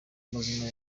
amazina